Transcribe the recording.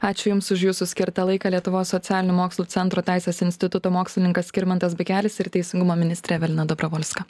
ačiū jums už jūsų skirtą laiką lietuvos socialinių mokslų centro teisės instituto mokslininkas skirmantas bikelis ir teisingumo ministrė evelina dobrovolska